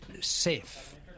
safe